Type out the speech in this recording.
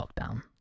lockdown